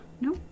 No